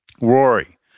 Rory